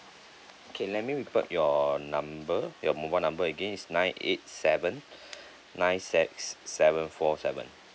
okay let me repeat your number your mobile number again is nine eight seven nine six seven four seven